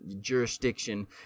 Jurisdiction